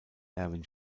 erwin